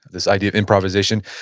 this idea of improvisation,